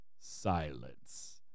silence